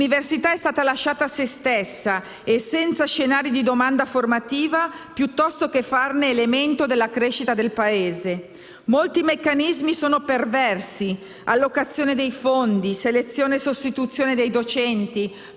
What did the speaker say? L'università è stata lasciata a sé stessa e senza scenari di domanda formativa piuttosto che farne elemento della crescita del Paese. Molti meccanismi sono perversi: allocazione dei fondi, selezione e sostituzione dei docenti,